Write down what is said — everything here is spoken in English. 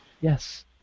Yes